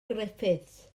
griffiths